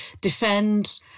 defend